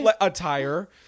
attire